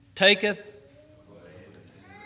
Taketh